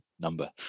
number